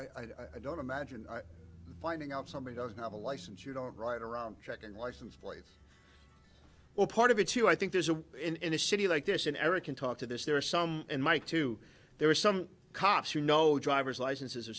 just i don't imagine finding out somebody doesn't have a license you don't ride around checking license plates or part of it too i think there's a way in a city like this in every can talk to this there are some in my too there are some cops who know driver's licenses